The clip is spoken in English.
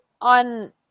on